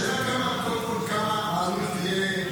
השאלה היא, קודם כול, כמה העלות תהיה,